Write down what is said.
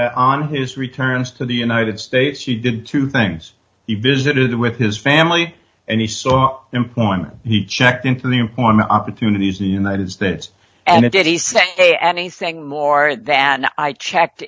it on his returns to the united states he did two things he visited with his family and he saw him point he checked into the employment opportunities in the united states and it did he say anything more than i checked